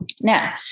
Now